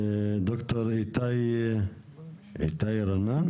ד"ר איתי רנן.